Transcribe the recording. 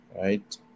right